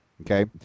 Okay